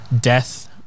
death